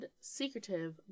secretive